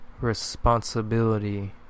responsibility